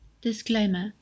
Disclaimer